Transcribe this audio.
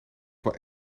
wil